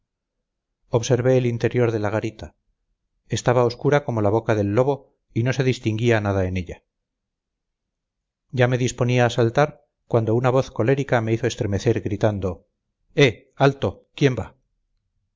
observé el interior de la garita estaba oscura como boca de lobo y no se distinguía nada en ella ya me disponía a saltar cuando una voz colérica me hizo estremecer gritando eh alto quién va